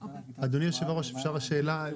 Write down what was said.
אדוני יושב הראש אפשר שאלה?